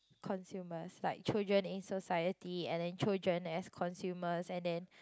consumers like children in society and then children as consumers and then